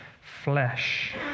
flesh